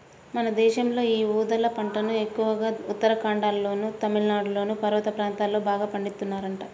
మన దేశంలో యీ ఊదల పంటను ఎక్కువగా ఉత్తరాఖండ్లోనూ, తమిళనాడులోని పర్వత ప్రాంతాల్లో బాగా పండిత్తన్నారంట